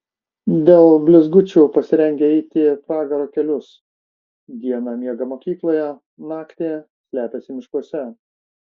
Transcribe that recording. dėl blizgučių pasirengę eiti pragaro kelius dieną miega mokykloje naktį slepiasi miškuose